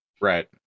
Right